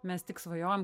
mes tik svajojam